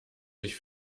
sich